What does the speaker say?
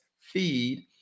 feed